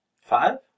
Five